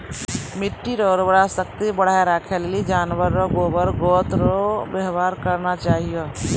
मिट्टी रो उर्वरा शक्ति बढ़ाएं राखै लेली जानवर रो गोबर गोत रो वेवहार करना चाहियो